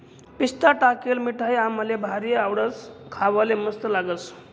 पिस्ता टाकेल मिठाई आम्हले भारी आवडस, खावाले मस्त लागस